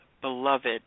beloved